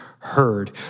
heard